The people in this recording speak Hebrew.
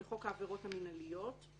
לחוק העבירות המינהליות;